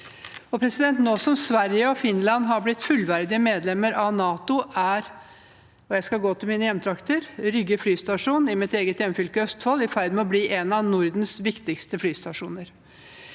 Nå som Sverige og Finland har blitt fullverdige medlemmer av NATO, er Rygge flystasjon, i mitt eget hjemfylke Østfold, i ferd med å bli en av Nordens viktigste flystasjoner.